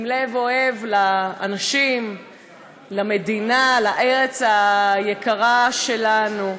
עם לב אוהב לאנשים, למדינה, לארץ היקרה שלנו.